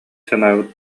санаабыт